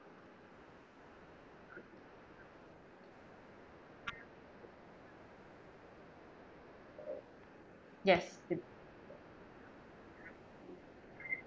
yes